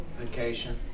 Vacation